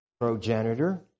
progenitor